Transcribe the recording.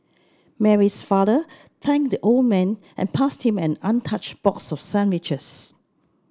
Mary's father thanked the old man and passed him an untouched box of sandwiches